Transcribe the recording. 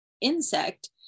insect